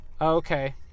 Okay